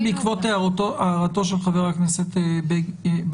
בעקבות הערתו של חבר הכנסת בגין,